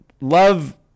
Love